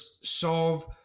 solve